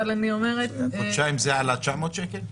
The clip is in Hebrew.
אבל אני אומרת --- חודשיים זה על ה-900 שקל?